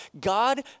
God